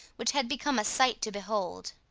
which had become a sight to behold.